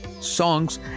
songs